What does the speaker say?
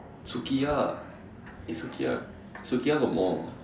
Sukiya is it Sukiya got more